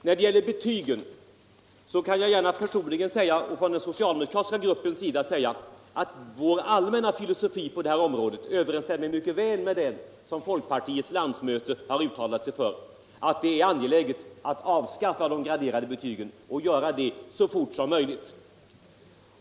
Beträffande betygen kan jag gärna säga, för min personliga del och för den socialdemokratiska gruppens del, att vår allmänna inställning på det här området överensstämmer mycket väl med det som folkpartiets landsmöte har uttalat sig för — att det är angeläget att avskaffa de graderade betygen och göra det så fort som möjligt.